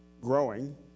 Growing